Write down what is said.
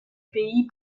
pays